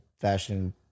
fashion